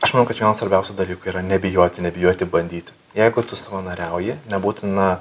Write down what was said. aš manau kad vienas svarbiausių dalykų yra nebijoti nebijoti bandyti jeigu tu savanoriauji nebūtina